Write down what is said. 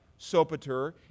Sopater